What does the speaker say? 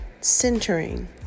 centering